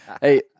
hey